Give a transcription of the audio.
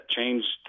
changed